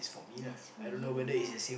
that's for you lah